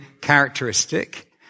characteristic